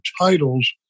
titles